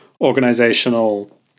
organizational